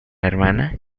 hermana